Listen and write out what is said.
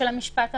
המשפט הפלילי,